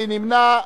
מי נמנע?